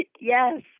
Yes